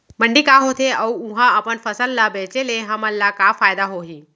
मंडी का होथे अऊ उहा अपन फसल ला बेचे ले हमन ला का फायदा होही?